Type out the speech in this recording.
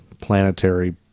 planetary